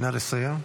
נא לסיים.